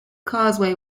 causeway